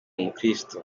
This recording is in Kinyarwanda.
umukirisitu